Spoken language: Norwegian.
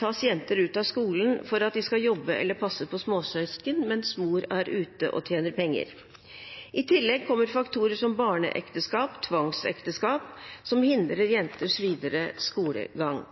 tas jenter ut av skolen for at de skal jobbe eller passe på småsøsken mens mor er ute og tjener penger. I tillegg kommer faktorer som barneekteskap og tvangsekteskap, som hindrer jenters videre skolegang.